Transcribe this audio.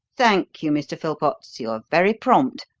thank you, mr. philpotts you are very prompt,